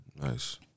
nice